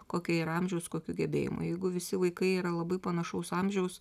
kokio yra amžiaus kokių gebėjimų jeigu visi vaikai yra labai panašaus amžiaus